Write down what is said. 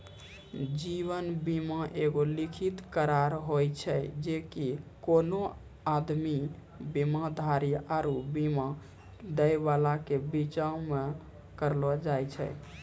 जीवन बीमा एगो लिखित करार होय छै जे कि कोनो आदमी, बीमाधारी आरु बीमा दै बाला के बीचो मे करलो जाय छै